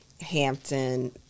Hampton